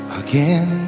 again